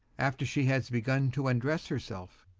after she has begun to undress herself.